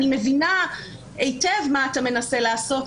אני מבינה היטב מה אתה מנסה לעשות,